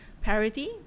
parity